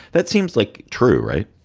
that seems like true, right?